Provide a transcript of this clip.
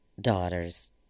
daughter's